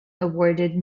awarded